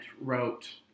wrote